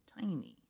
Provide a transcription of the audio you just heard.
Tiny